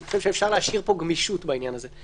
אני חושב שאפשר להשאיר גמישות בעניין הזה.